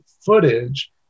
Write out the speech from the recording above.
footage